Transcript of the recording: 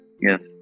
yes